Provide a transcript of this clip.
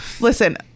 Listen